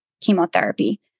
chemotherapy